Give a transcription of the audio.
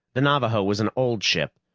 the navaho was an old ship.